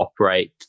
operate